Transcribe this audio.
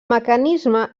mecanisme